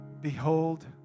behold